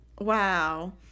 Wow